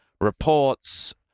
reports